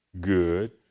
good